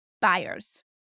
buyers